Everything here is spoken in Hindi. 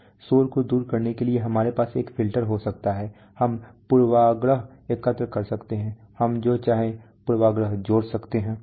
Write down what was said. डिस्टरबेंस को दूर करने के लिए हमारे पास एक फिल्टर हो सकता है हम पूर्वाग्रह एकत्र कर सकते हैं हम जो चाहें पूर्वाग्रह जोड़ सकते हैं